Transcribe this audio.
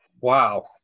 wow